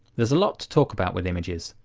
there's a lot to talk about with images,